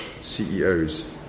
CEOs